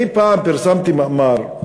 אני פעם פרסמתי מאמר,